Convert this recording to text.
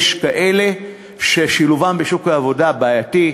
יש כאלה ששילובם בשוק העבודה בעייתי,